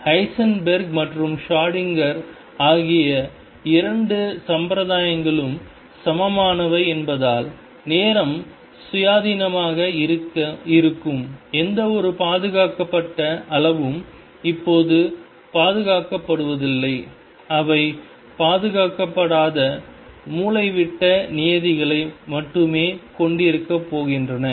Heisenberg மற்றும் Schrodinger ஆகிய இரண்டு சம்பிரதாயங்களும் சமமானவை என்பதால் நேரம் சுயாதீனமாக இருக்கும் எந்தவொரு பாதுகாக்கப்பட்ட அளவும் இப்போது பாதுகாக்கப்படுவதில்லை அவை பாதுகாக்கப்படாத மூலைவிட்ட நியதிகளை மட்டுமே கொண்டிருக்கப் போகின்றன